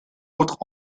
autres